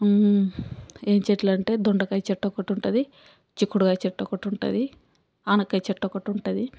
ఏమి చెట్లు అంటే దొండకాయ చెట్టు ఒకటి ఉంటుంది చిక్కుడుకాయ చెట్టు ఒకటి ఉంటుంది ఆనపకాయ చెట్టు ఒకటి ఉంటుంది